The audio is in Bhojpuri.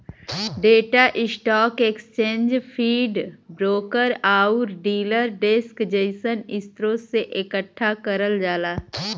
data stock exchange feed, broker आउर डीलर डेस्क जइसन स्रोत से एकठ्ठा करल जाला